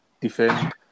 defend